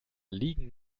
liegen